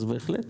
בהחלט.